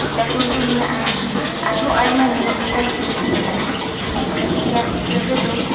ᱥᱤᱛᱟ ᱠᱩᱱᱰᱩ ᱢᱮᱱᱟᱜᱼᱟ ᱟᱨᱦᱚ ᱟᱭᱢᱟ ᱧᱮᱞᱚᱜ ᱞᱮᱠᱟᱱ ᱡᱤᱱᱤᱥ ᱢᱮᱱᱟᱜᱼᱟ ᱚᱱᱟ ᱪᱤᱠᱟᱹ ᱦᱳᱴᱮᱞ ᱨᱮᱫᱚ